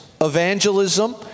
evangelism